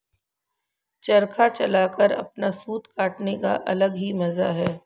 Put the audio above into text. चरखा चलाकर अपना सूत काटने का अलग ही मजा है